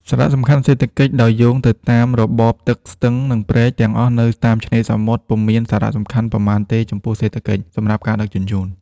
សារៈសំខាន់សេដ្ឋកិច្ច ដោយយោងទៅតាមរបបទឹក ស្ទឹង និងព្រែកទាំងអស់នៅតាមឆ្នេរសមុទ្រ ពុំមានសារៈសំខាន់ប៉ុន្មានទេចំពោះសេដ្ឋកិច្ច សម្រាប់ការដឹកជញ្ជូន។